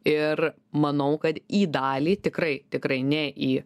ir manau kad į dalį tikrai tikrai ne į